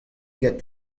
gant